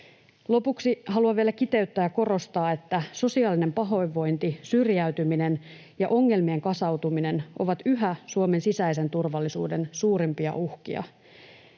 Lopuksi haluan vielä kiteyttää ja korostaa, että sosiaalinen pahoinvointi, syrjäytyminen ja ongelmien kasautuminen ovat yhä Suomen sisäisen turvallisuuden suurimpia uhkia.